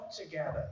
together